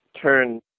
turn